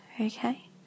okay